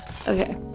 okay